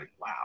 wow